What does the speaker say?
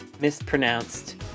mispronounced